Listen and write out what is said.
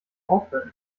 aufhören